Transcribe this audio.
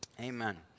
amen